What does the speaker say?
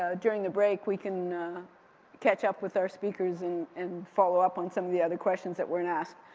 during the break we can catch up with our speakers and and follow-up on some of the other questions that weren't asked.